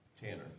Tanner